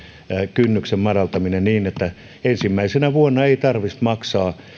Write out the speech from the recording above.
kynnyksen madaltaminen niin että ensimmäisenä vuonna ei tarvitsisi maksaa